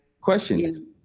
question